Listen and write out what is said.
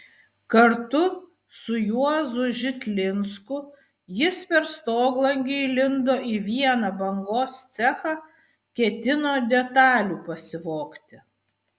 kartu su juozu žitlinsku jis per stoglangį įlindo į vieną bangos cechą ketino detalių pasivogti